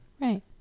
Right